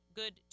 good